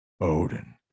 Odin